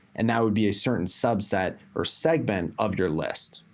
and that would be a certain subset or segment of your list.